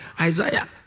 Isaiah